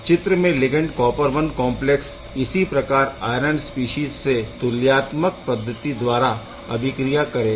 चित्र में ligand copper I complex इसी प्रकार आयरन स्पीशीज़ से तुलयात्मक पद्धति द्वारा अभिक्रिया करेगा